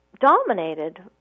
dominated